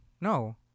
No